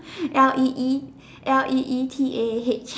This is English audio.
L E E L E E T A H